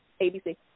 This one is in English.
ABC